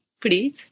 please